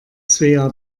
svea